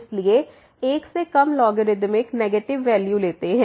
इसलिए 1 से कम लॉगरिदमिक नेगेटिव वैल्यू लेते हैं